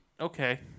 Okay